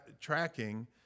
tracking